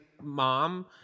mom